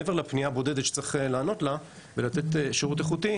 מעבר לפנייה בודדת שצריך לענות לה ולתת שירות איכותי,